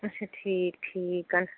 اَچھا ٹھیٖک ٹھیٖک